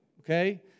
okay